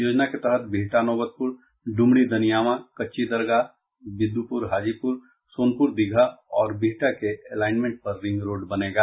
योजना के तहत बिहटा नौबतपुर ड्मरी दनियावां कच्चीदरगाह बिद्रपुर हाजीपुर सोनपुर दीघा और बिहटा के एलाइनमेंट पर रिंग रोड बनेगा